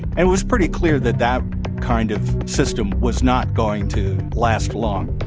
it was pretty clear that that kind of system was not going to last long